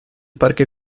parque